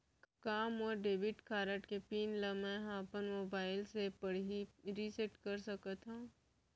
का मोर debit card के पिन ल मैं ह अपन मोबाइल से पड़ही रिसेट कर सकत हो?